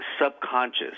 subconscious